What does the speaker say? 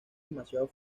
demasiado